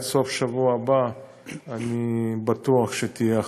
עד סוף השבוע הבא אני בטוח שתהיה החלטה.